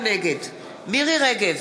נגד מירי רגב,